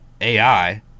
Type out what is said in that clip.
AI